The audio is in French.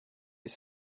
les